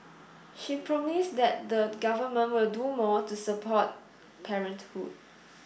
she promised that the government will do more to support parenthood